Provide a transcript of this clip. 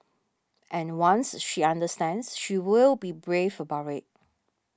and once she understands she will be brave about it